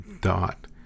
dot